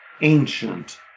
ancient